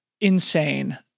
insane